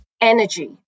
Energy